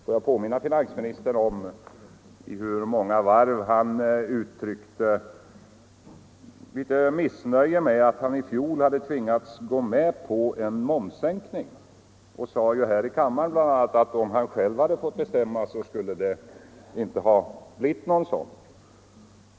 Får jag påminna finansministern om i hur många varv han uttryckte missnöje med att han i fjol hade tvingats gå med på en momssänkning. Han sade bl.a. här i kammaren att om han själv hade fått bestämma skulle det inte ha blivit någon sådan.